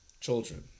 children